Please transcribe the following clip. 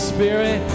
Spirit